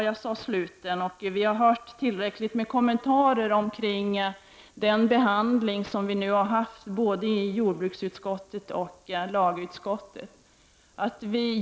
Jag sade sluten, fast vi har hört tillräckligt många kommentarer vid behandlingen i både jordbruksutskottet och lagutskottet.